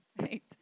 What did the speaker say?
Right